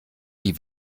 die